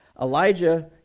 Elijah